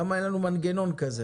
למה אין לנו מנגנון כזה?